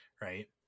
right